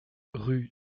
rue